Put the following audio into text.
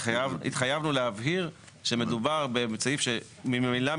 התחייבנו להבהיר שמדובר בסעיף שממילא,